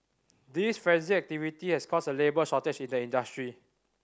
this frenetic activity has created a labour shortage in the industry